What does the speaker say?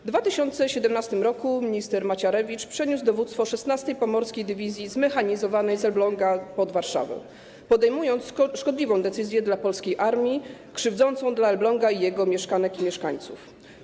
W 2017 r. minister Macierewicz przeniósł dowództwo 16. Pomorskiej Dywizji Zmechanizowanej z Elbląga pod Warszawę, podejmując szkodliwą decyzję dla polskiej armii, krzywdzącą dla Elbląga i jego mieszkanek i mieszkańców.